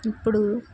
ఇప్పుడు